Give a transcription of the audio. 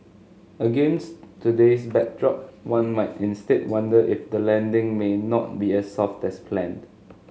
against today's backdrop one might instead wonder if the landing may not be as soft as planned